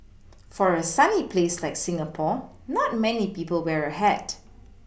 for a sunny place like Singapore not many people wear a hat